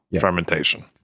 fermentation